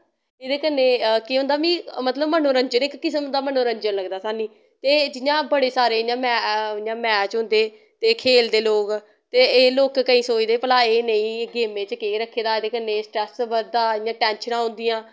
एह्दे कन्ने केह् होंदा मिगी मतलव मनोरंजन इक किसम दा मनोरंजन लगदा साह्नू ते जियां बड़े सारे इ'यां मै इ'यां मैच होंदे ते खेलदे लोक ते एह् लोक केई सोचदे भला एह् नेईं गेमें च केह् रक्खे दा ते कन्ने स्ट्रेस बद्ध दा इ'यां टैंशनां होंदियां